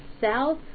south